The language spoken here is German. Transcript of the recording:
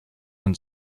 und